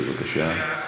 בבקשה.